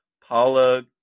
Paula